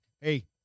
hey